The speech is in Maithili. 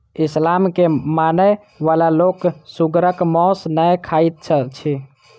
इस्लाम के मानय बला लोक सुगरक मौस नै खाइत अछि